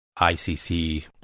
icc